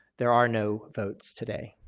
there are no votes today.